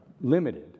limited